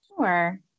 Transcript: Sure